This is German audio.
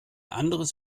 anderes